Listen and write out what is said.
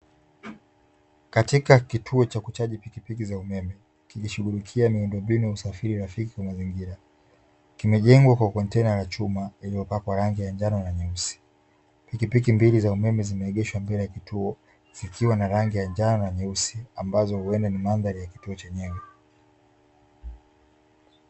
Katika kituo cha kuchaji pikipiki za umeme kikishughulikia miundombinu ya usafiri rafiki wa mazingira, kimejengwa kwa kontena la chuma iliyo pakwa rangi ya njano na nyeusi, pikipiki mbili za umeme zimeegeshwa mbele ya kituo zikiwa na rangi ya njano na nyeusi, ambazo huenda ni mandhari ya kituo chenyewe.